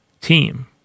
team